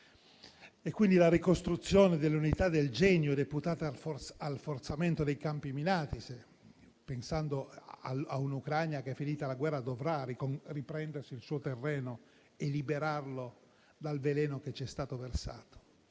e quindi alla ricostruzione delle unità del genio deputate al forzamento dei campi minati (pensando a un'Ucraina che, finita la guerra, dovrà riprendersi il suo terreno e liberarlo dal veleno che vi è stato versato).